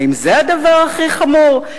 האם זה הדבר הכי חמור?